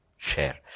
Share